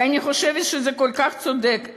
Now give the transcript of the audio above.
ואני חושבת שזה כל כך לא צודק,